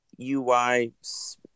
UY